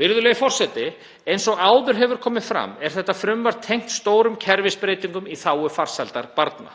Virðulegur forseti. Eins og áður hefur komið fram er þetta frumvarp tengt stórum kerfisbreytingum í þágu farsældar barna.